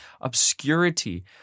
obscurity